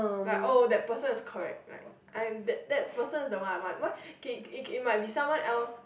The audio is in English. right oh that person is correct like I am that that person is the one I want why K it it might be someone else